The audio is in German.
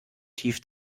tief